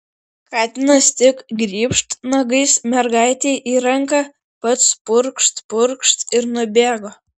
katinas tik grybšt nagais mergaitei į ranką pats purkšt purkšt ir nubėgo